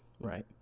Right